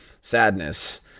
sadness